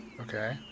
Okay